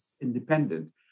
independent